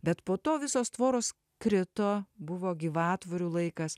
bet po to visos tvoros krito buvo gyvatvorių laikas